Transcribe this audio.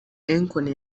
akon